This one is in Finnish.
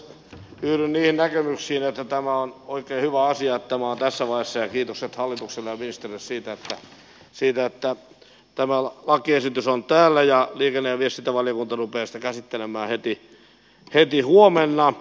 yhdyn niihin näkemyksiin että on oikein hyvä asia että tämä on tässä vaiheessa ja kiitokset hallitukselle ja ministerille siitä että tämä lakiesitys on täällä ja liikenne ja viestintävaliokunta rupeaa sitä käsittelemään heti huomenna